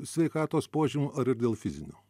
sveikatos požymių ar ir dėl fizinių